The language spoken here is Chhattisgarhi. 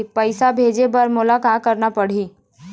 पैसा भेजे बर मोला का करना पड़ही?